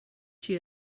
she